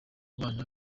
bana